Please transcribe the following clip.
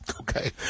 Okay